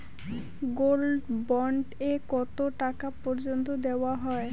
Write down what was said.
Gold bond এ কতো টাকা পর্যন্ত দেওয়া হয়?